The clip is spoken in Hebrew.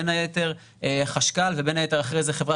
בין היתר חשכ"ל ובין היתר אחרי זה חברה